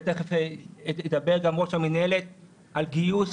ותכף ידבר גם ראש המנהלת על גיוס